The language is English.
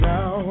Now